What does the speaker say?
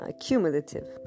cumulative